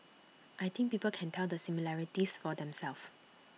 I think people can tell the similarities for themselves